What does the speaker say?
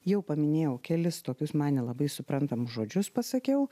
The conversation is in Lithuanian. jau paminėjau kelis tokius man nelabai suprantamus žodžius pasakiau